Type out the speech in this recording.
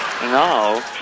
No